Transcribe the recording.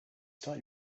start